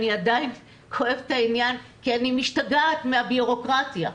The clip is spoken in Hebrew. אני עדיין כואבת את העניין כי אני משתגעת מן הבירוקרטיה,